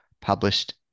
published